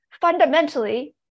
fundamentally